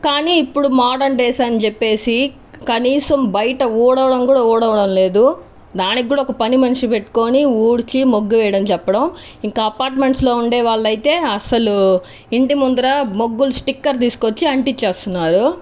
కానీ ఇప్పుడు modern days అని చెప్పీ కనిసం బయట ఉడవను కూడా ఊడవడము లేదు దానికి కూడా ఒక పనిమనిషిని పెట్టుకోని ఊడ్చి ముగ్గు వేయడం చెప్పడం ఇంకా అపార్ట్మెంట్స్లో ఉండే వాళ్ళు అయితే అసలు ఇంటి ముందర ముగ్గులు స్టిక్కర్ తీసుకు వచ్చి అంటించేస్తున్నారు